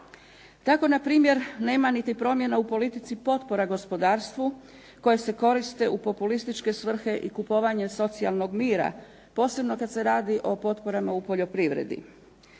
Tako npr. nema niti promjena u politici potpora gospodarstvu koje se koriste u populističke svrhe i kupovanje socijalnog mira posebno kada se radi o potporama u poljoprivredi.